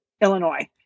Illinois